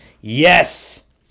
yes